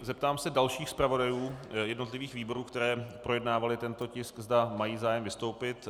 Zeptám se dalších zpravodajů jednotlivých výborů, které projednávaly tento tisk, zda mají zájem vystoupit.